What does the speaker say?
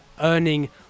earning